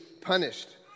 punished